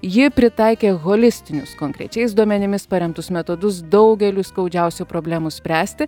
ji pritaikė holistinius konkrečiais duomenimis paremtus metodus daugeliui skaudžiausių problemų spręsti